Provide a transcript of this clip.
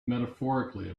metaphorically